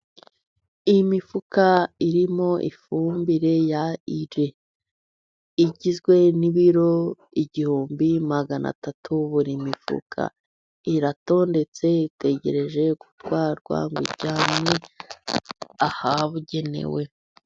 Iyi imifuka irimo ifumbire ya ire. Igizwe n'ibiro igihumbi magana atatu buri mifuka iratondetse itegereje gutwarwa ijyanwe ahabugenewe.